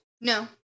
No